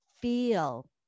feel